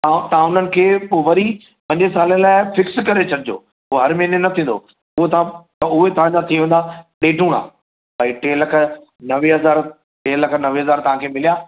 ऐं व हुननि खे वरी पंज साल लाइ फ़िक्स करे छॾिजो उहो हर महीने न थींदो उहो तव्हां उहे तांजा थी वेंदा ॾेढुणा भई टे लख नवे हज़ार टे लख नवे हज़ार तव्हां खे मिलिया